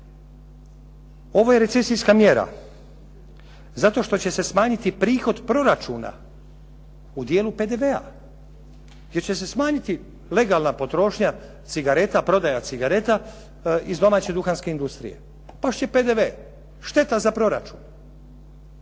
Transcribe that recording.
Ovo je recesijska mjera zato što će se smanjiti prihod proračuna u dijelu PDV, jer će se smanjiti legalna potrošnja cigareta, prodaja cigareta iz domaće duhanske industrije. Past će PDV, šteta za proračun.